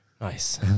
Nice